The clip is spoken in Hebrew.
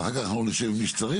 ואחר כך יאמרו לי מה שצריך,